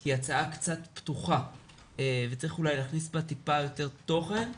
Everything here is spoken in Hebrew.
כי היא הצעה קצת פתוחה וצריך אולי להכניס בה טיפה יותר תוכן,